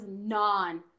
non